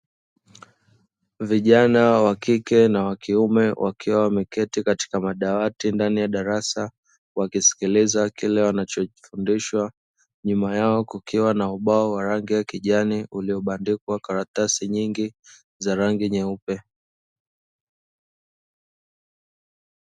Vijana wa kike na wa kiume wakiwa wameketi katika madawati ndani ya darasa, wakisikiliza kile wanachofundishwa, nyuma yao kukiwa na ubao wa rangi ya kijani, uliobandikwa karatasi nyingi za rangi nyeupe.